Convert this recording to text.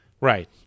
Right